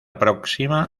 próxima